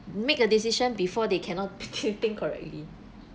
make a decision before they cannot think correctly